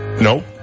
Nope